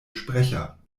sprecher